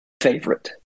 favorite